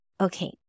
Okay